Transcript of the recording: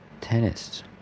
tennis